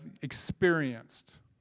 experienced